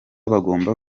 bagomba